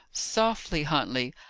softly, huntley!